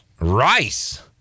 rice